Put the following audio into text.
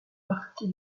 partie